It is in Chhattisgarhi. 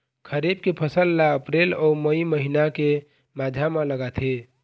खरीफ के फसल ला अप्रैल अऊ मई महीना के माझा म लगाथे